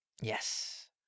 Yes